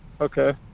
okay